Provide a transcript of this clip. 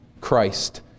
Christ